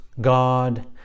God